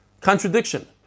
Contradiction